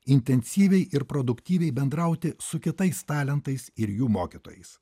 intensyviai ir produktyviai bendrauti su kitais talentais ir jų mokytojais